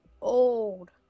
old